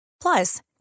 Plus